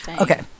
Okay